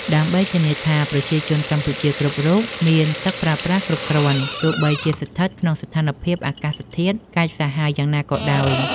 ដើម្បីធានាថាប្រជាជនកម្ពុជាគ្រប់រូបមានទឹកប្រើប្រាស់គ្រប់គ្រាន់ ទោះបីជាស្ថិតក្នុងស្ថានភាពអាកាសធាតុកាចសាហាវយ៉ាងណាក៏ដោយ។